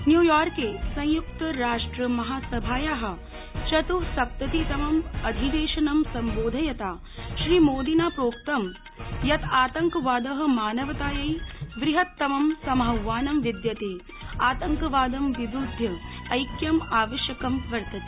न्यूयॉके संयुक्तराष्ट्रमहासभाया चत्सप्ततितमं अधिवेशनं सम्बोधयता श्रीमोदिना प्रोक्तं आतंकवाद मानवतायै वृहत्तमं समाह्वानं विद्यते आतंकवाद विरुध्य ऐक्यम् आवश्यकं वर्तते